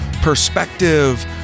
perspective